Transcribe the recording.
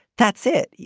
that's it. yeah